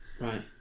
Right